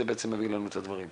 זה בעצם מביא לנו את הדברים.